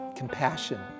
compassion